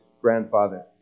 grandfather